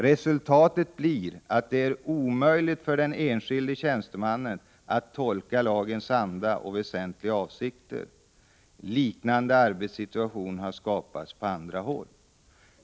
Resultatet blir att det är omöjligt för den enskilde tjänstemannen att tolka lagens anda och väsentliga avsikter. Liknande arbetssituationer har skapats på andra håll. Detta hart.ex.